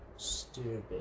Stupid